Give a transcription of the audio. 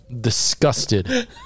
Disgusted